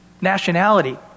nationality